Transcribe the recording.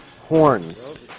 horns